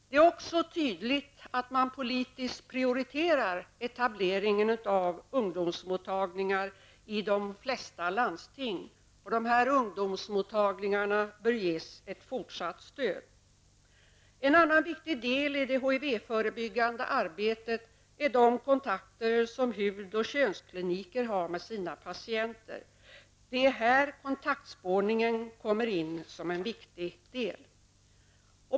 Det är också tydligt att man politiskt prioriterat etableringen av ungdomsmottagningar i de flesta landsting. Ungdomsmottagningarna bör ges ett fortsatt stöd. En annan viktig del i det HIV-förebyggande arbetet är de kontakter som hud och könskliniker har med sina patienter. Det är här kontaktspårningen kommer in som en viktig del.